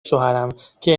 شوهرم، که